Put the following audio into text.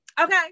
okay